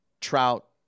trout